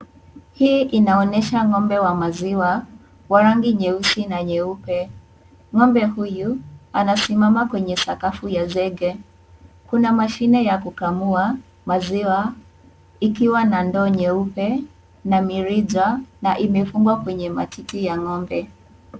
Hii inaonyesha ngombe wa maziwa wa rangi nyeusi na nyeupe ngome huyo anasimama kwenye sakafu ya zege ,kuna mashine ya kukamua maziwa ikiwa na ndoo nyeupe na mirija na imefungwa kwenye matiti ya ngombe.